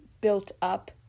built-up